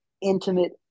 intimate